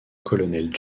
colonel